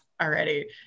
already